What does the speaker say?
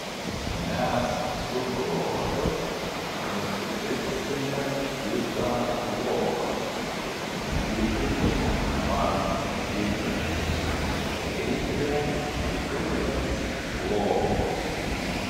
mes su broliu nusipirksime kitą lovą čiužiniai man netinka reikia didelės lovos